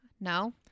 no